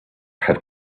had